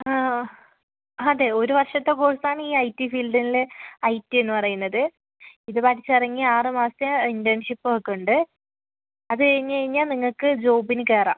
അ അതെ ഒരു വർഷത്തെ കോഴ്സാണ് ഈ ഐ ടി ഫീൽഡിലെ ഐ ടി എന്ന് പറയുന്നത് ഇത് പഠിച്ച് ഇറങ്ങിയാൽ ആറ് മാസത്തിന് ഇൻറ്റേൻഷിപ്പ് ഒക്കെ ഉണ്ട് അത് കഴിഞ്ഞ് കഴിഞ്ഞാൽ നിങ്ങൾക്ക് ജോബിന് കയറാം